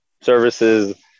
services